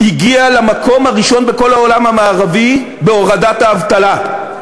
הגיעה למקום הראשון בכל העולם המערבי בהורדת האבטלה.